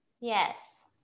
Yes